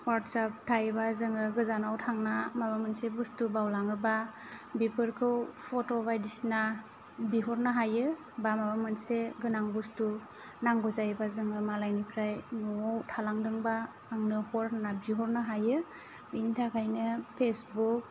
अवाटसाब थायोब्ला जोङो गोजानाव थांना माबा मोनसे बसथु बावलाङोब्ला बेफोरखौ फट' बायदिसिना बिहरनो हायो बा माबा मोनसे गोनां बुसथु नांगौ जायोब्ला जों मालायनिफ्राय न'आव थालांदोंब्ला आंनो हर होनना बिहरनो हायो बेनि थाखायनो फेसबुक